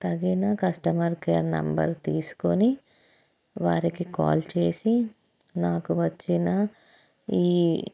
తగిన customer care number తీసుకొని వారికి కాల్ చేసి నాకు వచ్చిన ఈ